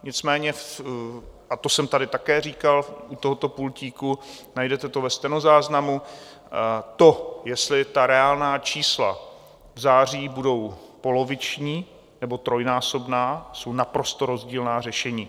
Nicméně, a to jsem tady také říkal u tohoto pultíku, najdete to ve stenozáznamu, to, jestli ta reálná čísla v září budou poloviční, nebo trojnásobná, jsou naprosto rozdílná řešení.